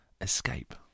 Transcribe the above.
escape